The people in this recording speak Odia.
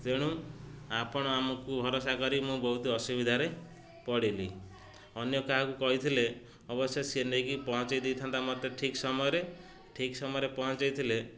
ତେଣୁ ଆପଣ ଆମକୁ ଭରସା କରି ମୁଁ ବହୁତ ଅସୁବିଧାରେ ପଡ଼ିଲି ଅନ୍ୟ କାହାକୁ କହିଥିଲେ ଅବଶ୍ୟ ସେଏ ନେଇକି ପହଞ୍ଚେଇ ଦେଇେଇଥାନ୍ତା ମୋତେ ଠିକ୍ ସମୟରେ ଠିକ୍ ସମୟରେ ପହଞ୍ଚେଇଥିଲେ